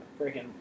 freaking